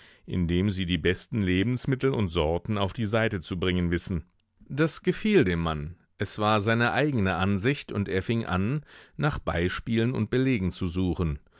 indem sie die besten lebensmittel und sorten auf die seite zu bringen wissen das gefiel dem mann es war seine eigene ansicht und er fing an nach beispielen und belegen zu suchen